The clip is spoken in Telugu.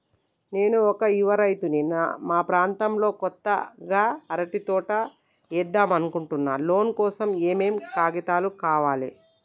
నేను ఒక యువ రైతుని మా ప్రాంతంలో కొత్తగా అరటి తోట ఏద్దం అనుకుంటున్నా లోన్ కోసం ఏం ఏం కాగితాలు కావాలే?